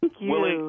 Willie